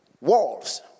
Walls